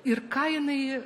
ir ką jinai